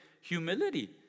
humility